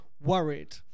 Worried